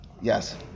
Yes